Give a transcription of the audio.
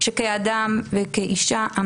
שכאדם וכאישה,